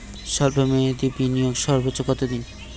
স্বল্প মেয়াদি বিনিয়োগ সর্বোচ্চ কত দিন?